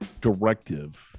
directive